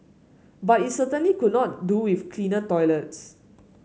but it certainly could not do with cleaner toilets